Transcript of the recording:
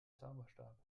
zauberstab